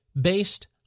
based